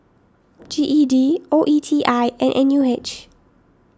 G E D O E T I and N U H